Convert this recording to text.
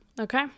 okay